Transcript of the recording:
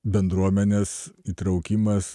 bendruomenės įtraukimas